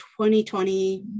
2020